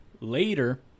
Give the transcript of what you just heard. Later